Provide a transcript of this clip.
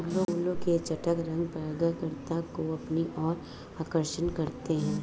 फूलों के चटक रंग परागणकर्ता को अपनी ओर आकर्षक करते हैं